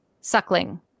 suckling